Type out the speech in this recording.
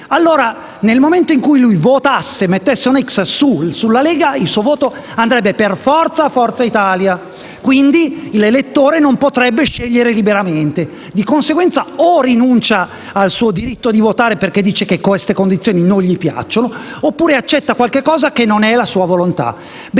contrario. Nel momento in cui egli votasse e mettesse una x sulla Lega, il suo voto andrebbe inevitabilmente a Forza Italia e quindi l'elettore non potrebbe scegliere liberamente. Di conseguenza, o rinuncia al suo diritto di votare, perché dice che queste condizioni non gli piacciono, oppure accetta qualcosa che non appartiene alla sua volontà.